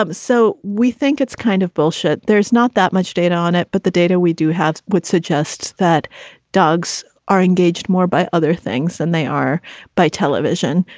um so we think it's kind of bullshit. there's not that much data on it. but the data we do have would suggest that dogs are engaged more by other things than they are by television.